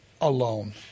alone